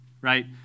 right